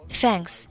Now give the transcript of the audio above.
thanks